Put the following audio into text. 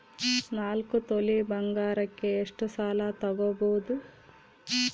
ನಾಲ್ಕು ತೊಲಿ ಬಂಗಾರಕ್ಕೆ ಎಷ್ಟು ಸಾಲ ತಗಬೋದು?